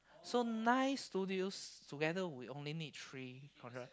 so nines studios together we only need three project